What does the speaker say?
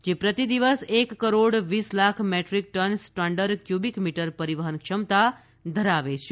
તે પ્રતિ દિવસ એક કરોડ વીસ lakh metric ton standard cubic metre પરીવહન ક્ષમતા ધરાવે છે